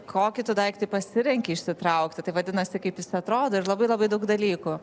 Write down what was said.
kokį daiktą pasirenki išsitraukti tai vadinasi kaip jis atrodo ir labai labai daug dalykų